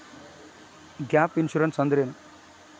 Gap insurance ಅಂದ್ರೇನು?